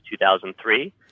2003